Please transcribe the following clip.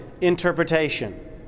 interpretation